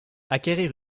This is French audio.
acquérir